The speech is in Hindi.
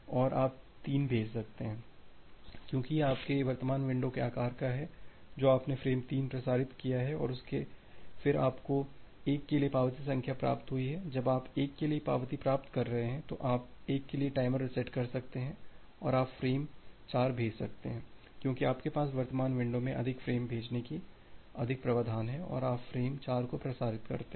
और आप 3 भेज सकते हैं क्योंकि यह आपके वर्तमान विंडो के आकार का है जो आपने फ्रेम 3 प्रसारित किया है और फिर आपको 1 के लिए पावती संख्या प्राप्त हुई है जब आप 1 के लिए पावती प्राप्त कर रहे हैं तो आप 1 के लिए टाइमर रीसेट कर सकते हैं और आप फ्रेम 4 भेज सकते हैं क्योंकि आपके पास वर्तमान विंडो में अधिक फ़्रेम भेजने का अधिक प्रावधान है और आप फ़्रेम 4 को प्रसारित करते हैं